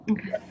Okay